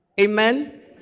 Amen